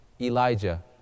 Elijah